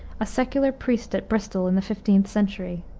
a secular priest at bristol in the fifteenth century.